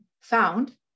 found